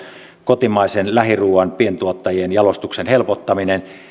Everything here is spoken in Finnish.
kotimaisen lähiruuan pientuottajien jalostuksen helpottaminen